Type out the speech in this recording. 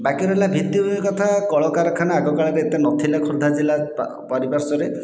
ବାକି ରହିଲା ଭିତ୍ତିଭୂମି କଥା କଳାକାରଖାନା ଆଗକାଳରେ ଏତେ ନଥିଲା ଖୋର୍ଦ୍ଧା ଜିଲ୍ଲାର ପରିପାର୍ଶ୍ୱରେ